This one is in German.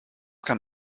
kann